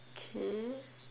okay